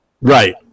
Right